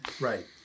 Right